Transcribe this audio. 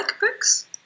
books